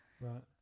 Right